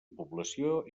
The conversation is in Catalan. població